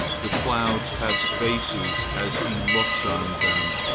the clouds have faces as he looks on them.